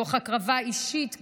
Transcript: תוך הקרבה אישית גדולה,